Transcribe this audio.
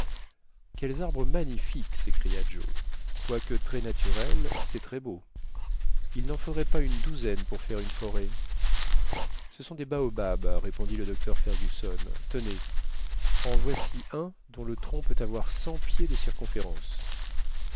quels arbres magnifiques s'écria joe quoique très naturel c'est très beau il n'en faudrait pas une douzaine pour faire une forêt ce sont des baobabs répondit le docteur fergusson tenez en voici un dont le tronc peut avoir cent pieds de circonférence